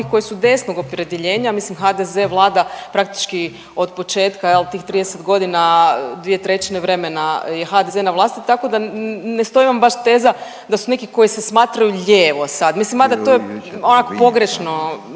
koji su desnog opredjeljenja. Mislim HDZ vlada praktički od početka jel tih 30 godine 2/3 vremena je HDZ na vlasti tako da ne stoji vam baš teza da su neki koji se smatraju lijevo sad. Mislim mada to je onak pogrešno